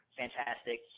fantastic